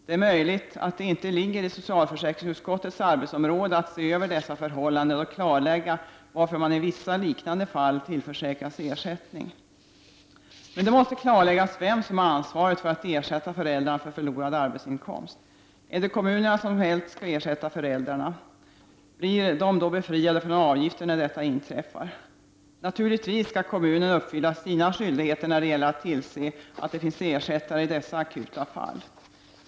Det är möjligt att det inte ligger inom socialförsäkringsutskottets arbetsområde att se över dessa förhållanden och klarlägga varför man i vissa liknande fall tillförsäkras ersättning. Det måste klarläggas vem som har ansvaret för att ersätta föräldrarna för förlorad arbetsinkomst. Är det kommunerna som helt skall ersätta föräldrarna? Blir de då befriade från avgifter när detta inträffar? Kommunerna skall naturligtvis uppfylla sina skyldigheter när det gäller att tillse att det finns ersättare i dessa akuta fall.